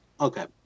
Okay